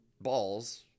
balls